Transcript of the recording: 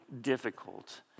difficult